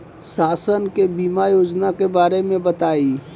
शासन के बीमा योजना के बारे में बताईं?